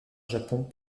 japon